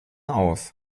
auf